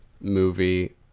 movie